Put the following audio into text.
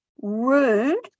rude